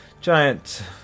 giant